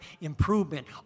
improvement